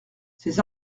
ces